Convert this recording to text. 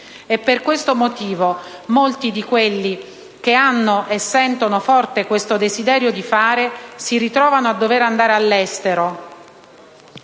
Per questo motivo molti di quelli che hanno e sentono il forte desiderio di fare si ritrovano a dover andare all'estero,